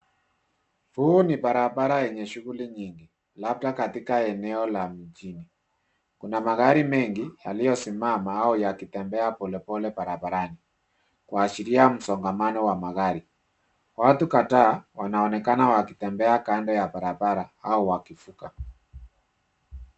Huu ni barabara yenye shughuli nyingi labda katika eneo la mjini kuna magari mengi yaliyosimama au yakitembea polepole barabarani kuashiria msongamano wa magari, watu kadhaa wanaonekana wakitembea kando ya barabara au wakivuka.